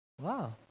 Wow